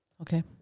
Okay